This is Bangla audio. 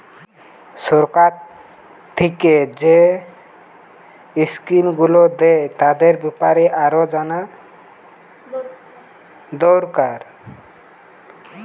সরকার থিকে যেই স্কিম গুলো দ্যায় তাদের বেপারে আরো জানা দোরকার